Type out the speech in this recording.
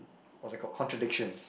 what is it call contradiction